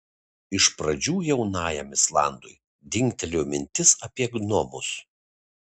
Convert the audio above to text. iš pradžių jaunajam islandui dingtelėjo mintis apie gnomus